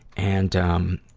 and, um,